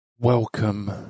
Welcome